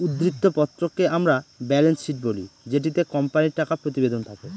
উদ্ধৃত্ত পত্রকে আমরা ব্যালেন্স শীট বলি যেটিতে কোম্পানির টাকা প্রতিবেদন থাকে